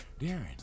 Darren